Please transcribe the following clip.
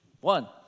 One